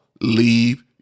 leave